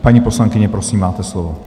Paní poslankyně, prosím, máte slovo.